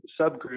subgroup